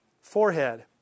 Forehead